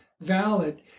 valid